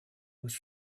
was